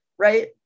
right